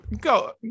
go